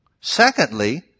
Secondly